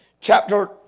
chapter